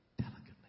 Delicately